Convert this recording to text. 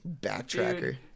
Backtracker